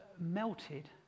melted